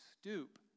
stoop